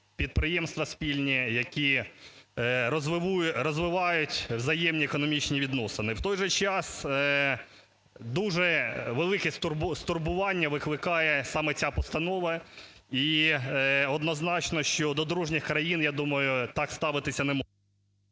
підприємства спільні, які розвивають взаємні економічні відносини. В той же час, дуже велике стурбування викликає саме ця постанова. І однозначно, що до дружніх країн, я думаю, так ставитися…